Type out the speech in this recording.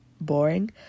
boring